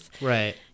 Right